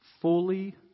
fully